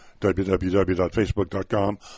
www.facebook.com